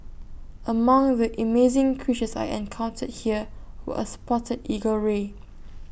among the amazing creatures I encountered here were A spotted eagle ray